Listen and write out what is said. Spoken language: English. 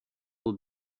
will